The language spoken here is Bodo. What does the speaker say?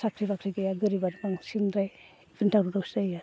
साख्रि बाख्रि गैया गोरिबानो बांसिनद्राय इखायनो दावराव दावसि जायो